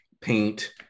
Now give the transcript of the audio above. paint